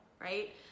right